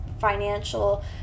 financial